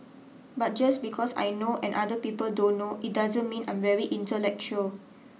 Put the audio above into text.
but just because I know and other people don't know it doesn't mean I'm very intellectual